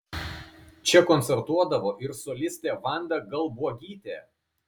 čia koncertuodavo ir solistė vanda galbuogytė